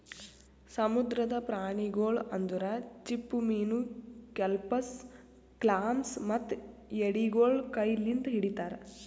ಸಮುದ್ರದ ಪ್ರಾಣಿಗೊಳ್ ಅಂದುರ್ ಚಿಪ್ಪುಮೀನು, ಕೆಲ್ಪಸ್, ಕ್ಲಾಮ್ಸ್ ಮತ್ತ ಎಡಿಗೊಳ್ ಕೈ ಲಿಂತ್ ಹಿಡಿತಾರ್